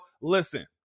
listen